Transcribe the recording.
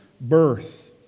birth